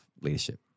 leadership